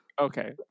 Okay